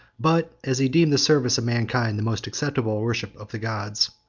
but as he deemed the service of mankind the most acceptable worship of the gods,